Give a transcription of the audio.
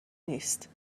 نیست